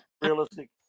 realistic